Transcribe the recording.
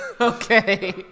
Okay